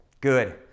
Good